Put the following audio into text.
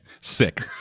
Sick